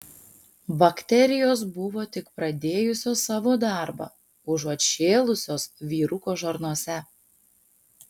bakterijos buvo tik pradėjusios savo darbą užuot šėlusios vyruko žarnose